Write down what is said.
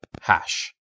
Hash